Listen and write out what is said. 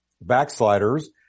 Backsliders